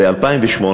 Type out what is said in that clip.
ב-2008,